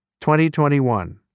2021